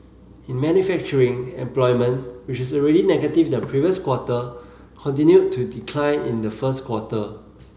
in manufacturing employment which is already negative the previous quarter continued to decline in the first quarter